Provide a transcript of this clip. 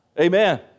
Amen